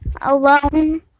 alone